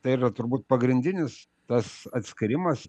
tai yra turbūt pagrindinis tas atskyrimas